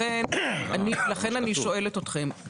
לכן אני מציעה